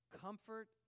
Comfort